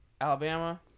Alabama